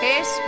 es